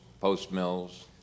post-mills